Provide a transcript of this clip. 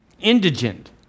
Indigent